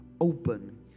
open